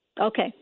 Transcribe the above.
Okay